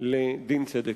לדין צדק.